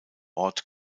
ort